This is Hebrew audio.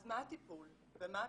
אז מה הטיפול ומה הפתרון?